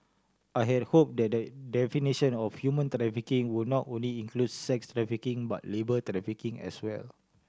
I had hope that the definition of human trafficking would not only include sex trafficking but labour trafficking as well